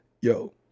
yo